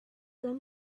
then